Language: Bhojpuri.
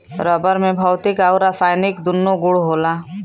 रबर में भौतिक आउर रासायनिक दून्नो गुण होला